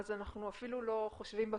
אז אנחנו אפילו לא חושבים בכיוון.